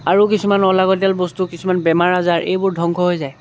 আৰু কিছুমান অলাগতিয়াল বস্তু কিছুমান বেমাৰ আজাৰ এইবোৰ ধ্বংস হৈ যায়